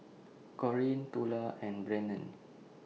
Corinne Tula and Brennen